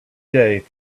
day